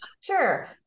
Sure